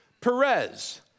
Perez